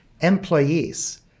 employees